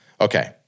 okay